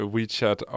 WeChat